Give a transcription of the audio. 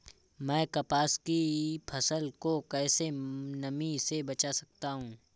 मैं कपास की फसल को कैसे नमी से बचा सकता हूँ?